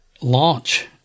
launch